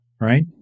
right